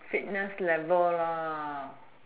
fitness level lah